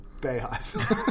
Beehive